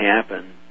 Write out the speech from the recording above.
happen